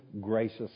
gracious